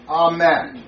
amen